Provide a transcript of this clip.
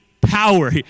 power